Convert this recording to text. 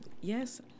Yes